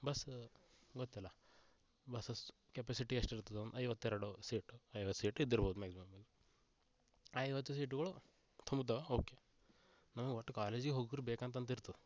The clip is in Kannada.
ಬಸ್ ಗೊತ್ತಲ್ಲ ಬಸ್ಸಸ್ ಕ್ಯಪಾಸಿಟಿ ಎಷ್ಟು ಇರ್ತದೋ ಐವತ್ತೆರಡು ಸೀಟು ಐವತ್ತು ಸೀಟ್ ಇದ್ದಿರ್ಬೋದು ಮಾಗ್ಸಿಮಮ್ ಆ ಐವತ್ತು ಸೀಟುಗಳು ತುಂಬಿದ್ದಾವೆ ಓಕೆ ನಮ್ಗೆ ಒಟ್ಟು ಕಾಲೇಜಿಗೆ ಹೋಗು ಬೇಕಂತಂತಿರುತ್ತೆ